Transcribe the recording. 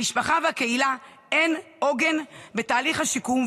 המשפחה והקהילה הן עוגן בתהליך השיקום,